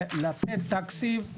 לתת תקציב,